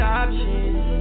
options